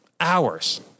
hours